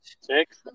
Six